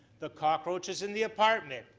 the cork roaches in the apartment.